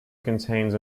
contains